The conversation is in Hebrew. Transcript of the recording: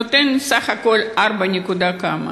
נותנת בסך הכול 4 נקודה כמה.